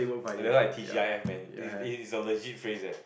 !wah! that one T_G_I_F man is it is a legit phrase eh